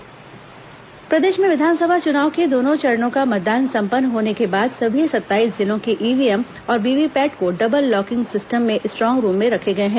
strong room सुरक्षा प्रदेश में विधानसभा चुनाव के दोनों चरणों का मतदान संपन्न होने के बाद सभी सत्ताईस जिलों के ईव्हीएम और वीवीपैट डबल लॉक सिस्टम में स्ट्रांग रूम में रखे गए हैं